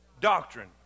doctrine